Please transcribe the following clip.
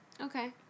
Okay